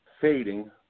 fading